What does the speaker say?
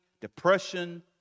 depression